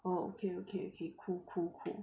oh okay okay okay cool cool cool